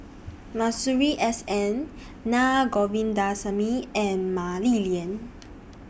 Masuri S N Naa Govindasamy and Mah Li Lian